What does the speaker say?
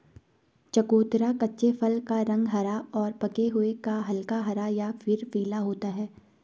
चकोतरा कच्चे फल का रंग हरा और पके हुए का हल्का हरा या फिर पीला होता है